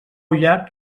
llarg